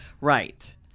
right